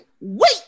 wait